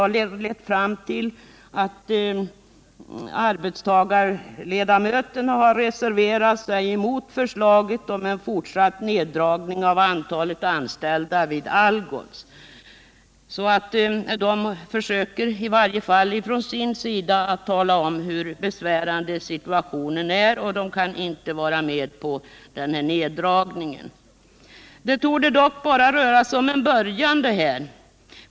Arbetstagarledamöterna har reserverat sig mot förslaget om en fortsatt neddragning av antalet anställda vid Algots. De försöker på det sättet tala om hur besvärande situationen är, och de kan inte vara med på den här neddragningen. Det torde dock bara röra sig om början.